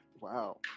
Wow